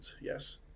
Yes